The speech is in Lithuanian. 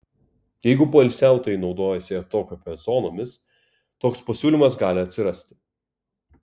jeigu poilsiautojai naudojasi atokvėpio zonomis toks pasiūlymas gali atsirasti